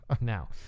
Now